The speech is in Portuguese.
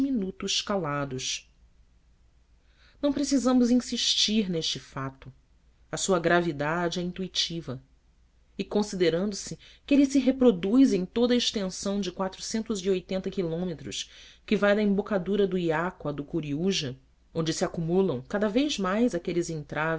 diminutos calados não precisamos insistir neste fato a sua gravidade é intuitiva e considerando-se que ele se reproduz em toda a extensão de quilômetros que vai da embocadura do iaco à do curiúja onde se acumulam cada vez mais aqueles entraves